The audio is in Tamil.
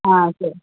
ஆ சரி